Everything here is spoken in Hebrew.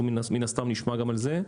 אנחנו מן הסתם נשמע גם על זה.